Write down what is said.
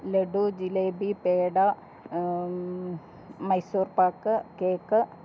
laddu jalebi peda Mysore pak cake